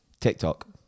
TikTok